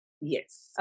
yes